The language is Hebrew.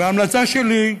וההמלצה שלי,